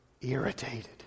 Irritated